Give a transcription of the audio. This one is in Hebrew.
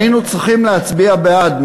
היינו צריכים להצביע בעד,